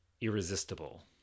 Irresistible